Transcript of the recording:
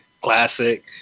Classic